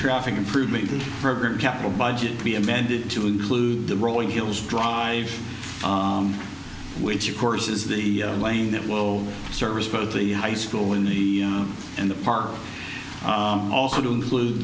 traffic improvement program capital budget be amended to include the rolling hills drive which of course is the lane that will service both the high school in the and the park also to include